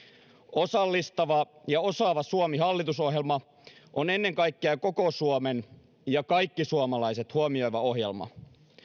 osallistava ja osaava suomi hallitusohjelma on ennen kaikkea koko suomen ja kaikki suomalaiset huomioiva ohjelma